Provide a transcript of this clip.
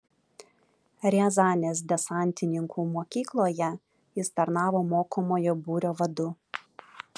riazanės desantininkų mokykloje jis tarnavo mokomojo būrio vadu